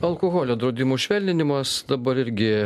alkoholio draudimų švelninimas dabar irgi